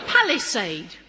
Palisade